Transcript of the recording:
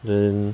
then